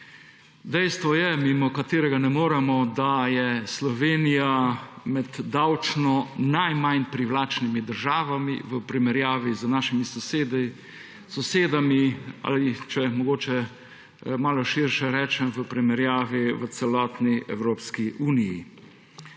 Dejstvo, mimo katerega ne moremo, je, da je Slovenija med davčno najmanj privlačnimi državami v primerjavi z našimi sosedami, ali če mogoče malo širše rečem, v primerjavi s celotno Evropsko unijo.